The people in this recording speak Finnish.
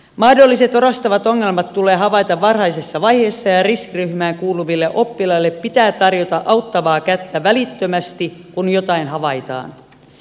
mahdolliset orastavat ongelmat tulee havaita varhaisessa vaiheessa ja riskiryhmään kuuluville oppilaille pitää tarjota auttavaa kättä välittömästi kun jotain havaitaan